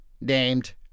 named